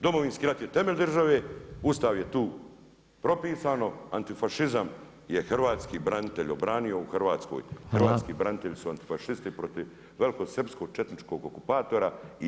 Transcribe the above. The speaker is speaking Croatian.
Domovinski rad je temelj države, Ustav je tu propisano, antifašizam je hrvatski branitelj obranio u Hrvatskoj, hrvatski branitelji su antifašisti protiv velikosrpskog četničkog okupatora i JNA.